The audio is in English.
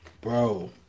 Bro